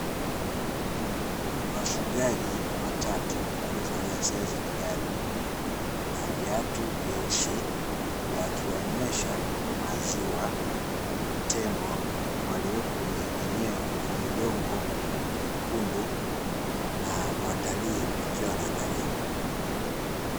Wafugaji watatu walivalia sare za kijani na viatu vyeusi, wakiwanywesha maziwa tembo waliopo kwenye eneo lenye udongo mwekundu na watalii wakiwa wanaangalia.